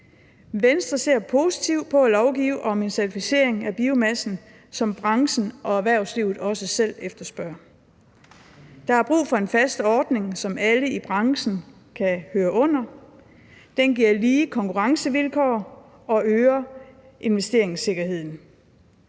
Venstre ser positivt på at lovgive om en certificering af biomassen, som branchen og erhvervslivet også selv efterspørger. Der er brug for en fast ordning, som alle i branchen kan høre under. Den giver lige konkurrencevilkår og øger investeringssikkerheden.